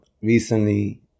recently